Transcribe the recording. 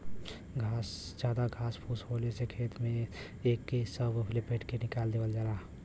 जादा घास फूस होले पे खेत में एके सब लपेट के निकाल देवल जाला